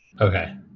okay